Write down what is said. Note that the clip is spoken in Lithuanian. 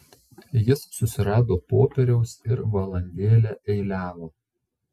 jis susirado popieriaus ir valandėlę eiliavo